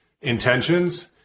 intentions